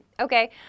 Okay